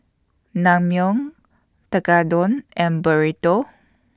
Naengmyeon Tekkadon and Burrito